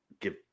give